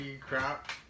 crap